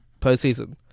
postseason